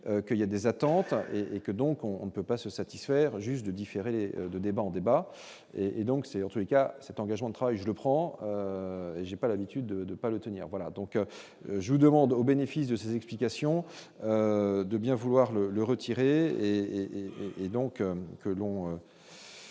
que il y a des attentes et que donc on ne peut pas se satisfaire juge de différer les 2 débats en débat et et donc, c'est en tous les cas, cet engagement de travail, je le prends, j'ai pas l'habitude de de pas le tenir voilà donc je vous demande, au bénéfice de ces explications. De bien vouloir le le retirer et et donc que l'on